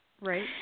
Right